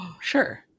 Sure